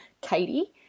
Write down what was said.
Katie